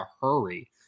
hurry